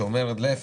שאומרת להפך,